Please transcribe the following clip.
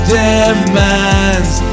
demands